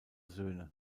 söhne